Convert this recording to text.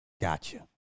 gotcha